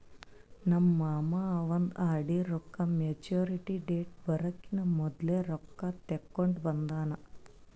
ನಮ್ ಮಾಮಾ ಅವಂದ್ ಆರ್.ಡಿ ರೊಕ್ಕಾ ಮ್ಯಚುರಿಟಿ ಡೇಟ್ ಬರಕಿನಾ ಮೊದ್ಲೆ ರೊಕ್ಕಾ ತೆಕ್ಕೊಂಡ್ ಬಂದಾನ್